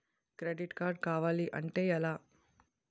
Credit card కావాలి అంటే ఎలా?